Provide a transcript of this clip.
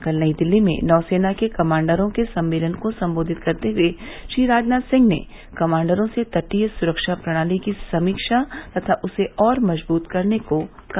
कल नई दिल्ली में नौसेना के कमांडरों के सम्मेलन को संबोधित करते हुए श्री राजनाथ सिंह ने कमांडरों से तटीय सुरक्षा प्रणाली की समीक्षा तथा उसे और मजबूत करने को कहा